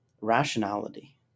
rationality